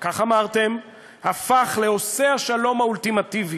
כך אמרתם, הפך לעושה השלום האולטימטיבי.